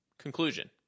Conclusion